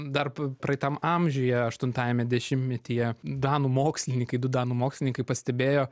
dar p praeitam amžiuje aštuntajame dešimtmetyje danų mokslininkai du danų mokslininkai pastebėjo